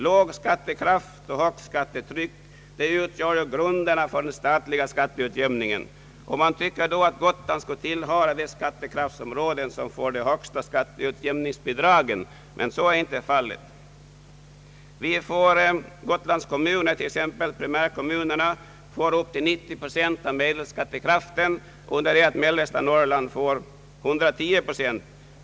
Låg skattekraft och högt skattetryck utgör ju grunderna för den statliga skatteutjämningen. Man tycker då att Gotland skul 1e tillhöra de skattekraftsområden som får de högsta skatteutjämningsbidragen, men så är inte fallet. Medan Gotlands primärkommuner får bidrag med upp till 90 procent av medelskattekraften får t.ex. kommuner i mellersta Norr land bidrag med 110 procent.